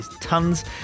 tons